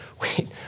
Wait